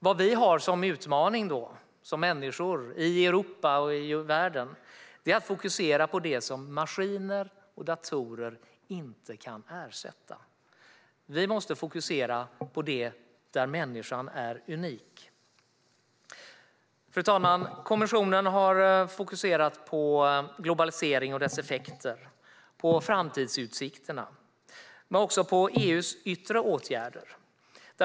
Vad vi som människor i Europa och världen då har som utmaning är att fokusera på det maskiner och datorer inte kan ersätta. Vi måste fokusera på det där människan är unik. Fru talman! Kommissionen har fokuserat på globalisering och dess effekter, på framtidsutsikterna och på EU:s yttre åtgärder.